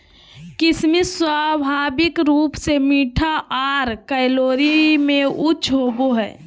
किशमिश स्वाभाविक रूप से मीठा आर कैलोरी में उच्च होवो हय